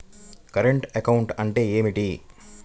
Current account అంటే ఏమిటి?